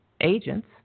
agents